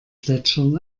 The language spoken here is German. plätschern